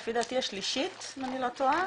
לפי דעתי השלישית אם אני לא טועה